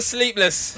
Sleepless